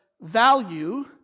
value